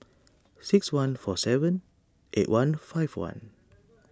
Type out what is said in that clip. six one four seven eight one five one